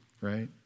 right